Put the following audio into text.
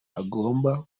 agomba